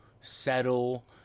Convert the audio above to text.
settle